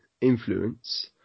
influence